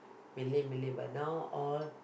Malay Malay but now all